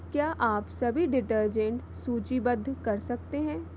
क्या आप सभी डिटर्जेंट सूचीबद्ध कर सकते हैं